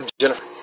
Jennifer